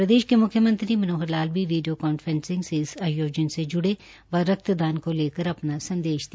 प्रदेश के मुख्यमंत्री मनोहर लाल भी वीडियो कॉन्फ्रेंस से इस आयोजन से जुड़े व रक्त दान को लेकर अपना संदेश दिया